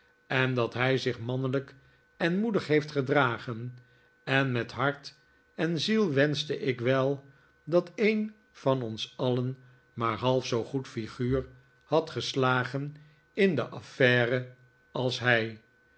en dat hij zich mannelijk en moedig heeft gedragen en met hart en ziel wenschte ik wel dat een van ons alien maar half zoo'n goed figuur had geslagen in deze affaire als hij